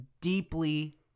deeply